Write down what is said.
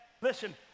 Listen